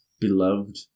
beloved